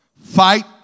fight